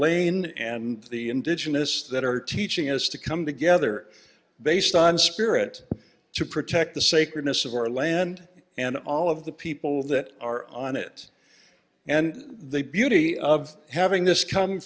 lane and the indigenous that are teaching us to come together based on spirit to protect the sacredness of our land and all of the people that are on it and they beauty of having this com